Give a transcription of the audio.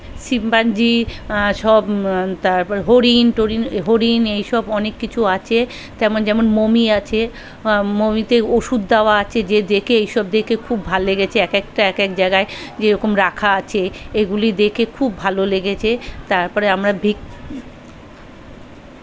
chimpanzee সব তারপর হরিণ টরিন এ হরিণ এইসব অনেক কিছু আছে যেমন যেমন মমি আছে মমিতে ওষুধ দেওয়া আছে যে দেখে এইসব দেখে খুব ভাল লেগেছে এক একটা এক এক জায়গায় যেরকম রাখা আছে এগুলি দেখে খুব ভালো লেগেছে তারপরে আমরা ভিক